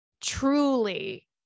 truly